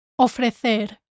ofrecer